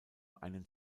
einen